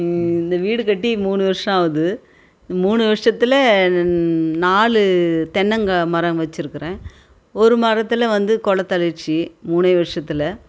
இந்த வீடு கட்டி மூணு வருஷம் ஆகுது இந்த மூணு வருஷத்தில் நாலு தென்னங்காய் மரம் வைச்சிருக்கறேன் ஒரு மரத்தில் வந்து கொலை தள்ளிடுச்சி மூணே வருஷத்தில்